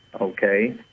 Okay